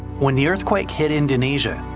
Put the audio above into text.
when the earthquake hit indonesia.